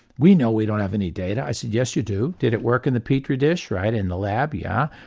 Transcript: we know we don't have any data? i said yes you do, did it work in the petrii dish, right in the lab? yeah.